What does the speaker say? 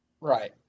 Right